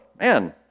man